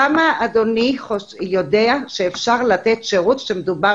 כמה אדוני חושב שאפשר לתת שירות כשמדובר